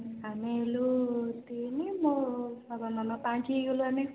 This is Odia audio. ଆମେ ହେଲୁ ତିନି ମୋ ବାବା ମାମା ପାଞ୍ଚ ହେଇଗଲୁ ଆମେ